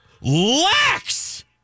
Lex